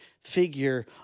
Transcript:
figure